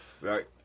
Right